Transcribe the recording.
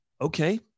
okay